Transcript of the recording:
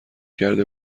کرده